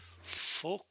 Fuck